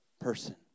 person